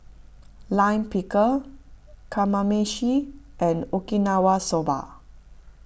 Lime Pickle Kamameshi and Okinawa Soba